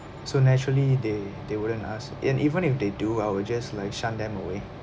so naturally they they wouldn't ask and even if they do I will just like shun them away